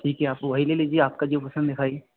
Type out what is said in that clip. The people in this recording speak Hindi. ठीक है आप वही ले लीजिए आपका जो पसंद दिखाइए